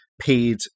paid